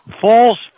False